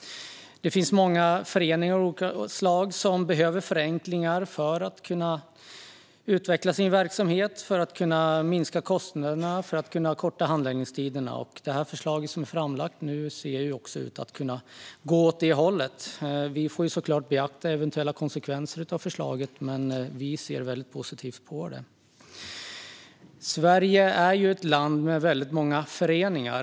Det finns många föreningar av olika slag som behöver förenklingar för att kunna utveckla sin verksamhet, minska kostnaderna och korta handläggningstiderna. Det förslag som nu är framlagt ser ju också ut att kunna gå åt det hållet. Vi får såklart beakta eventuella konsekvenser av förslaget, men vi ser väldigt positivt på det. Sverige är ett land med väldigt många föreningar.